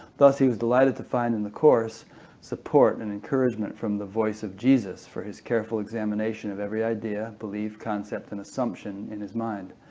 thus, he was delighted to find in the course support and encouragement from the voice of jesus for his careful examination of every idea, belief, concept, and assumption in his mind.